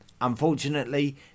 Unfortunately